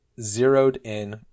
zeroed-in